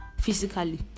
physically